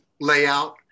layout